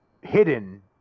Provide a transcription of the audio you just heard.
Hidden